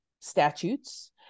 statutes